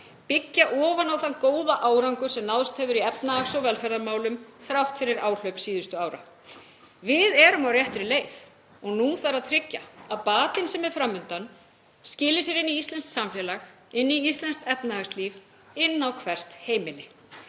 byggja ofan á þann góða árangur sem náðst hefur í efnahags- og velferðarmálum þrátt fyrir áhlaup síðustu ára. Við erum á réttri leið og nú þarf að tryggja að batinn sem er fram undan skili sér inn í íslenskt samfélag, inn í íslenskt efnahagslíf og inn á hvert heimili.